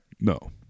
No